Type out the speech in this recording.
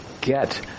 get